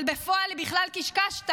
אבל בפועל היא בכלל קישקשתא,